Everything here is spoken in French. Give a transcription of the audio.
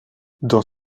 dans